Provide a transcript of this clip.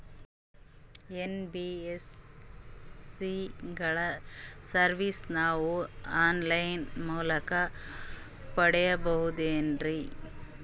NBSC ಗಳ ಸರ್ವಿಸನ್ನ ನಾವು ಆನ್ ಲೈನ್ ಮೂಲಕ ಪಡೆಯಬಹುದೇನ್ರಿ?